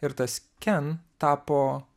ir tas ken tapo